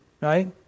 Right